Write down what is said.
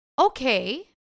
Okay